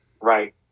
right